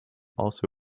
also